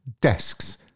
desks